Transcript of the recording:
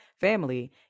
family